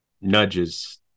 nudges